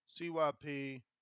CYP